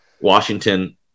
Washington